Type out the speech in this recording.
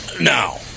Now